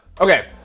okay